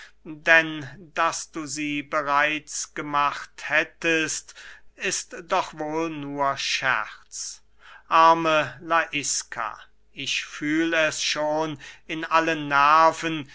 denn daß du sie bereits gemacht hättest ist doch wohl nur scherz arme laiska ich fühl es schon in allen nerven